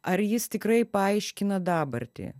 ar jis tikrai paaiškina dabartį